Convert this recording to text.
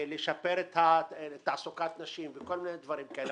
לשפר את תעסוקת הנשים וכל מיני דברים כאלה.